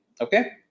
okay